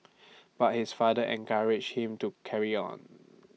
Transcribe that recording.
but his father encouraged him to carry on